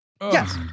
Yes